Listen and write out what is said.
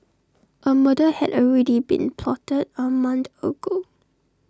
A murder had already been plotted A month ago